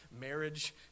marriage